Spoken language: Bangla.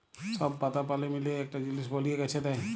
সব পাতা পালি মিলিয়ে একটা জিলিস বলিয়ে গাছে দেয়